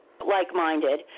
Like-minded